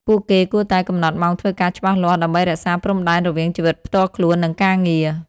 ពួកគេគួរតែ កំណត់ម៉ោងធ្វើការច្បាស់លាស់ ដើម្បីរក្សាព្រំដែនរវាងជីវិតផ្ទាល់ខ្លួន និងការងារ។